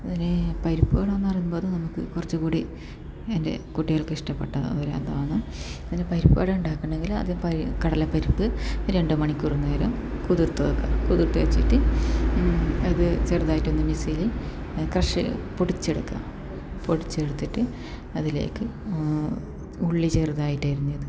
അതിൽ പരിപ്പുവട എന്ന് പറയുമ്പം അത് നമുക്ക് കുറച്ചുകൂടി എൻ്റെ കുട്ടികൾക്ക് ഇഷ്ടപ്പെട്ട ഒരു അതാണ് പിന്നെ പരിപ്പുവട ഉണ്ടാക്കണമെങ്കിൽ അത് കടലപ്പരിപ്പ് രണ്ട് മണിക്കൂർ നേരം കുതിർത്തു വയ്ക്കുക കുതിർത്തു വെച്ചിട്ട് അത് ചെറുതായിട്ടൊന്ന് മിക്സിയിൽ ക്രഷ് പൊടിച്ചെടുക്കുക പൊടിച്ചെടുത്തിട്ട് അതിലേക്ക് ഉള്ളി ചെറുതായിട്ട് അരിഞ്ഞത്